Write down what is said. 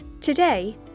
Today